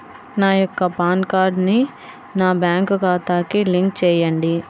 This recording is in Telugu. నా యొక్క పాన్ కార్డ్ని నా బ్యాంక్ ఖాతాకి లింక్ చెయ్యండి?